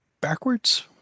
backwards